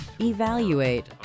evaluate